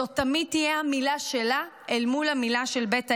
זו תמיד תהיה המילה שלה אל מול המילה של בית העסק.